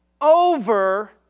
over